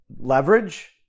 leverage